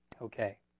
Okay